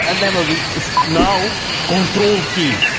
ah never read this now control key.